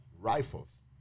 rifles